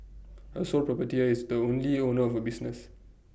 A sole proper tear is the only owner of A business